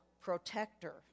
protector